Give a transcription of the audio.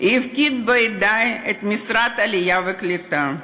והפקיד בידי את משרד העלייה והקליטה,